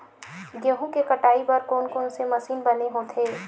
गेहूं के कटाई बर कोन कोन से मशीन बने होथे?